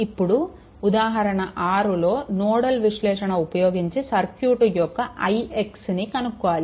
ఇప్పుడు ఉదాహరణ 6లో నోడల్ విశ్లేషణ ఉపయోగించి సర్క్యూట్ యొక్క ix ని కనుక్కోవాలి